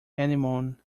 anemone